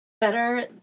better